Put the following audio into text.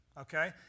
Okay